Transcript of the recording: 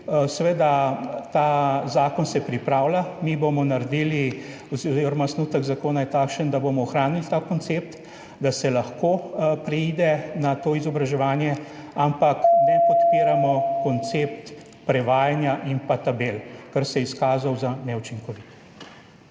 Ta zakon se pripravlja, mi bomo naredili oziroma osnutek zakona je takšen, da bomo ohranili ta koncept, da se lahko preide na to izobraževanje, ampak ne podpiramo koncepta prevajanja in tabel, ker se je izkazal za neučinkovitega.